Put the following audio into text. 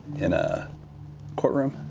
in a courtroom.